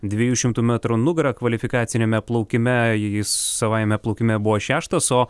dviejų šimtų metrų nugara kvalifikaciniame plaukime jis savajame plaukime buvo šeštas o